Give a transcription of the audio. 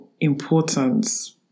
importance